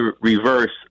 reverse